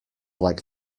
like